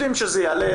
יודעים שזה יעלה,